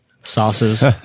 sauces